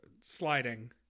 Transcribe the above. sliding